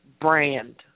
brand